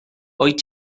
wyt